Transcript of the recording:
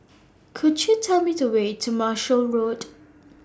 Could YOU Tell Me The Way to Marshall Road